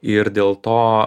ir dėl to